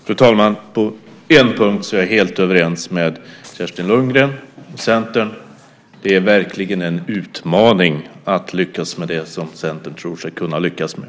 Fru talman! På en punkt är jag helt överens med Kerstin Lundgren och Centern: Det är verkligen en utmaning att lyckas med det som Centern tror sig kunna lyckas med.